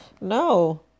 No